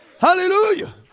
Hallelujah